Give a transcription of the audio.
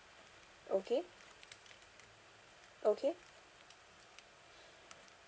okay okay